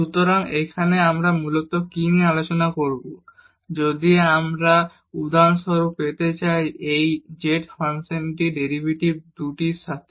সুতরাং এখানে আমরা মূলত কি নিয়ে আলোচনা করব যদি আমরা উদাহরণস্বরূপ পেতে চাই এই z ফাংশনের ডেরিভেটিভ 2 টি এর সাথে